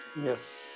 Yes